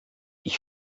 ich